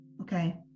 Okay